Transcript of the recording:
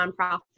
nonprofit